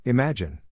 Imagine